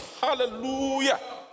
Hallelujah